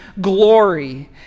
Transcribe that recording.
glory